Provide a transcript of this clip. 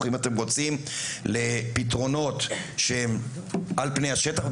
אם אתם רוצים לפתרונות שעל פני השטח,